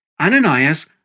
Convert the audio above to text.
Ananias